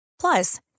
Plus